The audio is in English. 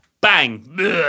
bang